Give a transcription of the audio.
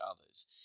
others